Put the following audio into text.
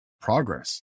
progress